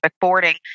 boarding